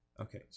Okay